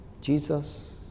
Jesus